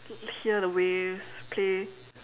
hear the waves play